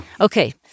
Okay